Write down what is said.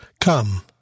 Come